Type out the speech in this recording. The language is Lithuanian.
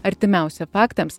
artimiausia faktams